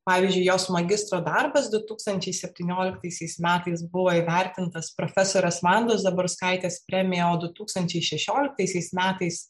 pavyzdžiui jos magistro darbas du tūkstančiai septynioliktaisiais metais buvo įvertintas profesorės vandos zaborskaitės premiją o du tūkstančiai šešioliktaisiais metais